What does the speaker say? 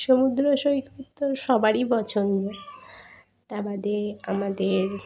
সমুদ্র সৈকত তো সবারই পছন্দ তা বাদে আমাদের